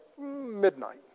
midnight